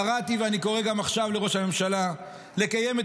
קראתי ואני קורא גם עכשיו לראש הממשלה לקיים את